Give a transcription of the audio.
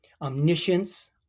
omniscience